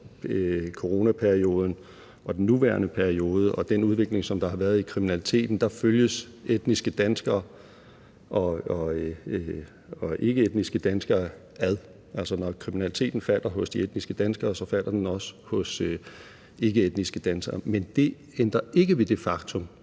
coronaperioden og den nuværende periode og den udvikling, der har været i kriminaliteten, følges etniske danskere og ikkeetniske danskere ad, altså når kriminaliteten falder hos de etniske danskere falder den også hos ikkeetniske danskere. Men det ændrer ikke ved det faktum,